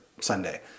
Sunday